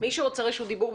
מי שרוצה רשות דיבור,